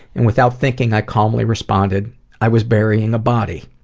and without thinking i calmly responded i was burying a body.